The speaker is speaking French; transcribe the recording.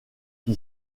qui